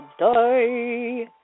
today